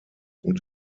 und